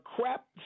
crap